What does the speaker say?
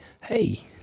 Hey